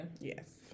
Yes